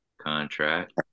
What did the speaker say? Contract